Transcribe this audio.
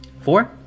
four